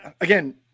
again